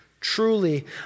Truly